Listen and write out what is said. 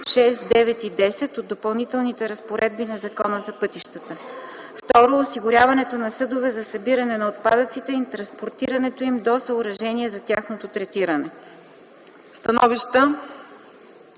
6, 9 и 10 от Допълнителната разпоредба на Закона за пътищата; 2. осигуряването на съдове за събиране на отпадъците и транспортирането им до съоръжение за тяхното третиране.”